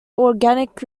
organic